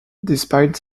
despite